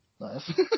Nice